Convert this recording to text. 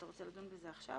אתה רוצה לדון עכשיו?